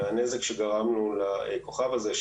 מהנזק שגרמנו לכוכב הזה,